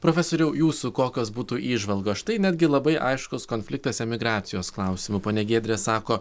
profesoriau jūsų kokios būtų įžvalgo štai netgi labai aiškus konfliktas emigracijos klausimu ponia giedrė sako